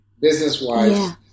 Business-wise